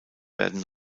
werden